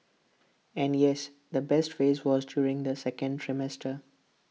and yes the best phrase was during the second trimester